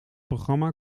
programma